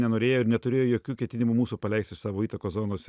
nenorėjo ir neturėjo jokių ketinimų mūsų paleisti iš savo įtakos zonos